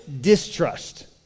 distrust